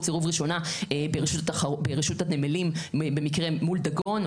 סירוב ראשונה ברשות הנמלים במקרה מול דגון,